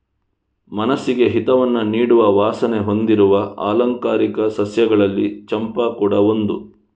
ಮನಸ್ಸಿಗೆ ಹಿತವನ್ನ ನೀಡುವ ವಾಸನೆ ಹೊಂದಿರುವ ಆಲಂಕಾರಿಕ ಸಸ್ಯಗಳಲ್ಲಿ ಚಂಪಾ ಕೂಡಾ ಒಂದು